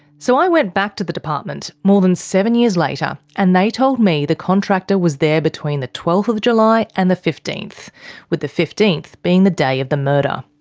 so i went back to the department, more than seven years later, and they told me the contractor was there between the twelfth july and the fifteenth with the fifteenth being the day of the murder.